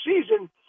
season